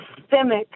systemic